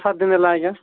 ସାତ ଦିନ ହେଲା ଆଜ୍ଞା